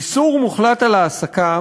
איסור מוחלט על העסקה